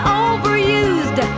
overused